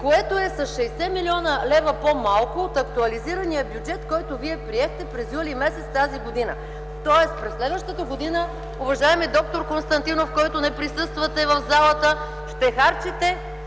което е с 60 млн. лв. по-малко от актуализирания бюджет, който вие приехте през м. юли т.г. Тоест през следващата година, уважаеми д-р Константинов, който не присъствате в залата, ще харчите